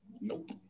Nope